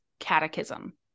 Catechism